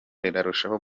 rirarushaho